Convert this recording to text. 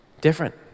different